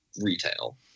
retail